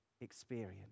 Experience